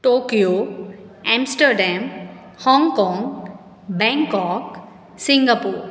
Tokyo Amsterdam Hong Kong Bangkok Singapore